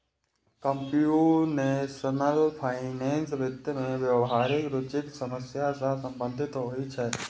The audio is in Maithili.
कंप्यूटेशनल फाइनेंस वित्त मे व्यावहारिक रुचिक समस्या सं संबंधित होइ छै